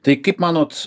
tai kaip manot